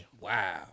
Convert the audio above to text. Wow